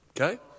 Okay